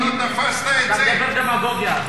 אתה מדבר דמגוגיה.